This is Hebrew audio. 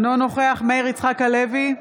אינו נוכח מאיר יצחק הלוי,